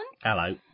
Hello